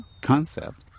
concept